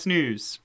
News